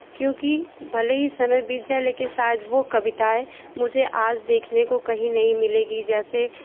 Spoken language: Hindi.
क्योंकि भले ही समय बीत जाए लेकिन शायद वो कविताएँ मुझे आज देखने को कहीं नहीं मिलेगी जैसे